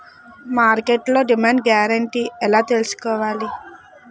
మార్కెట్లో demand guarantee ఎలా తెల్సుకోవాలి?